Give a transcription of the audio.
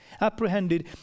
apprehended